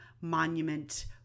monument